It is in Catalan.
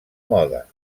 moda